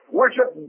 worship